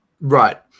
Right